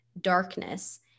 darkness